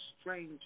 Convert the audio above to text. stranger